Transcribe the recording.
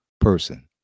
person